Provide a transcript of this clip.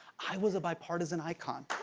i was a bipartisan icon.